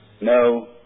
No